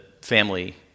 family